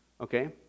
Okay